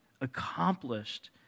accomplished